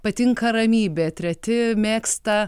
patinka ramybė treti mėgsta